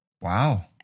Wow